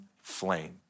flame